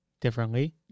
differently